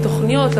לתוכניות,